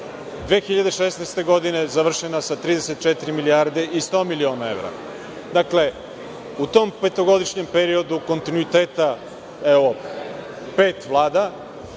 2016. je završena sa 34 milijarde i 100 miliona evra. Dakle, u tom petogodišnjem periodu kontinuiteta, evo, pet Vlada,